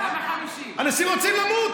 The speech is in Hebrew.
אנשים רוצים למות.